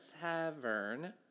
Tavern